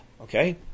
Okay